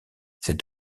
cet